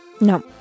No